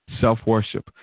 self-worship